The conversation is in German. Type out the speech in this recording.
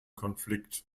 konflikt